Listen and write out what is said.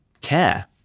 care